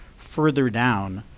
further down,